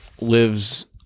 lives